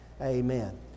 Amen